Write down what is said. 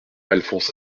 alphonse